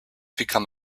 become